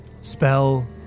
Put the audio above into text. Spell